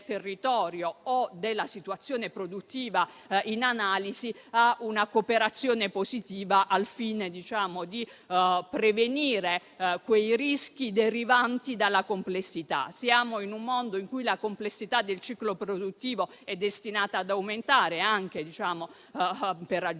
territorio o della situazione produttiva in analisi a una cooperazione positiva, al fine di prevenire i rischi derivanti dalla complessità. Siamo in un mondo in cui la complessità del ciclo produttivo è destinata ad aumentare, anche in ragione